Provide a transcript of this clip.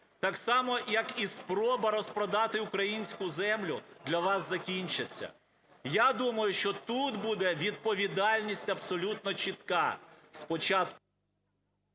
так само, як і спроба розпродати українську землю, для вас закінчаться. Я думаю, що тут буде відповідальність абсолютно чітка: